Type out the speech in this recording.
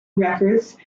wreckers